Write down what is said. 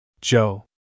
Joe